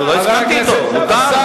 אבל לא הסכמתי אתו, מותר.